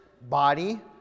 body